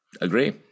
Agree